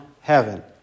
heaven